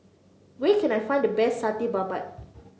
where can I find the best Satay Babat